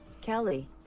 Kelly